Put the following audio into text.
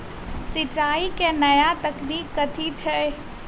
सिंचाई केँ नया तकनीक कथी छै?